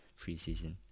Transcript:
Preseason